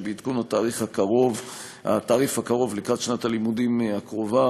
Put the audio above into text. בעדכון התעריף הקרוב לקראת שנת הלימודים הקרובה